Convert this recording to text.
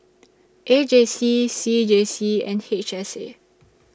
A J C C J C and H S A